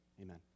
amen